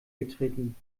getreten